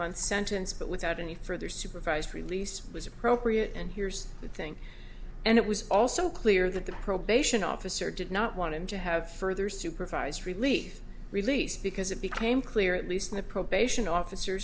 month sentence but without any further supervised release was appropriate and here's the thing and it was also clear that the probation officer did not want to have further supervised release release because it became clear at least in the probation officer